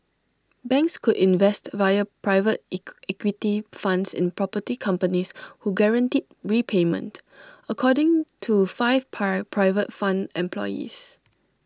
banks could invest via private IT equity funds in property companies who guaranteed repayment according to five per private fund employees